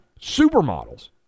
supermodels